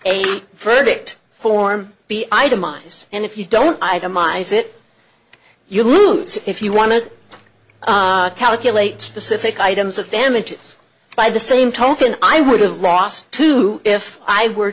a verdict form be itemized and if you don't itemize it you lose if you want to calculate specific items of damages by the same token i would have lost two if i were